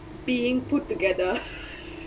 being put together